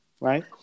right